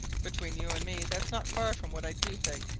between you and me, that's not far from what i do think,